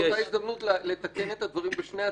באותה הזדמנות לתקן את הדברים בשני הצדדים.